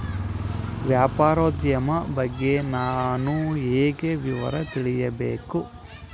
ವ್ಯಾಪಾರೋದ್ಯಮ ಬಗ್ಗೆ ನಾನು ಹೇಗೆ ವಿವರ ತಿಳಿಯಬೇಕು?